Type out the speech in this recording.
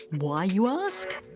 why, you ask.